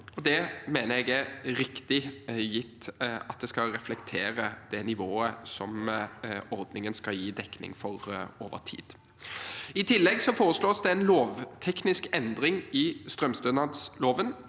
det mener jeg er riktig, gitt at det skal reflektere det nivået som ordningen skal gi dekning for over tid. I tillegg foreslås det en lovteknisk endring i strømstønadsloven.